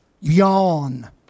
Yawn